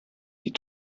die